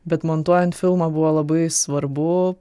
bet montuojant filmą buvo labai svarbu